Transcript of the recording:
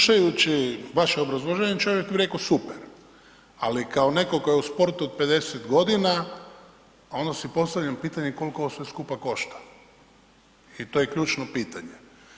Slušajući vaše obrazloženje čovjek bi reko super, ali kao netko tko je u sportu 50 godina, onda si postavljam pitanje koliko ovo sve skupa košta i to je ključno pitanje.